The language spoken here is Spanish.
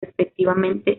respectivamente